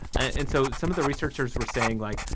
and so some of the researchers were saying, like,